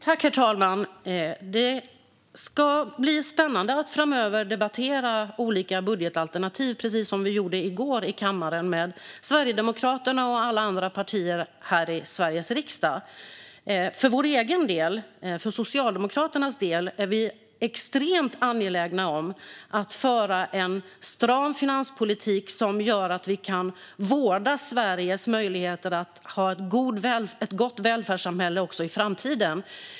Herr talman! Det ska bli spännande att framöver debattera olika budgetalternativ, precis som vi gjorde i kammaren i går med Sverigedemokraterna och alla andra partier här i Sveriges riksdag. För Socialdemokraternas del är vi extremt angelägna om att föra en stram finanspolitik som gör att vi kan vårda Sveriges möjligheter att ha ett gott välfärdssamhälle också i framtiden.